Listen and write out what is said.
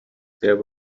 there